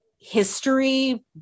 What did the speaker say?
history